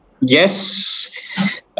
Yes